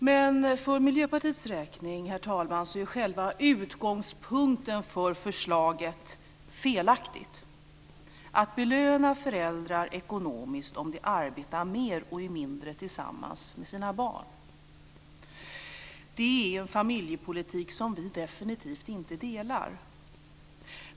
Men för Miljöpartiets räkning, herr talman, är själva utgångspunkten för förslaget felaktigt, att man belönar föräldrar ekonomiskt om de arbetar mer och är mindre tillsammans med sina barn. Det är en familjepolitik som vi definitivt inte delar.